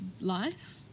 life